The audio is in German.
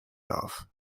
darf